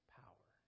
power